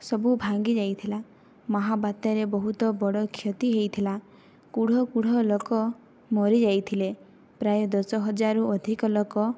ସବୁ ଭାଙ୍ଗି ଯାଇଥିଲା ମହାବାତ୍ୟାରେ ବହୁତ ବଡ଼ କ୍ଷତି ହୋଇଥିଲା କୁଢ଼ କୁଢ଼ ଲୋକ ମରିଯାଇଥିଲେ ପ୍ରାୟ ଦଶହଜାରରୁ ଅଧିକ ଲୋକ